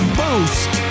boost